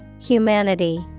Humanity